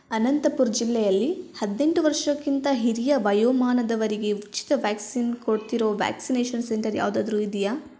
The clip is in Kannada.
ಅನಂತಪುರ್ ಜಿಲ್ಲೆಯಲ್ಲಿ ಹದಿನೆಂಟು ವರ್ಷಕ್ಕಿಂತ ಹಿರಿಯ ವಯೋಮಾನದವರಿಗೆ ಉಚಿತ ವ್ಯಾಕ್ಸಿನ್ ಕೊಡ್ತಿರೋ ವ್ಯಾಕ್ಸಿನೇಷನ್ ಸೆಂಟರ್ ಯಾವುದಾದ್ರೂ ಇದೆಯಾ